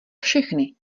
všechny